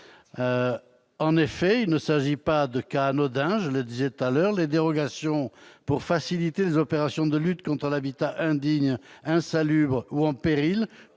En effet, il ne s'agit pas de cas anodins : les dérogations pour faciliter les opérations de lutte contre l'habitat indigne, insalubre ou en péril